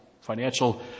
financial